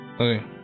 Okay